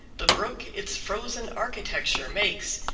the brook its frozen architecture makes,